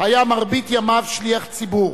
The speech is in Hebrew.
היה מרבית ימיו שליח ציבור,